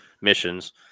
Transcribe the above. missions